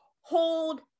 hold